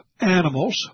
animals